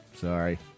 sorry